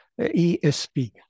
ESP